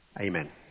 Amen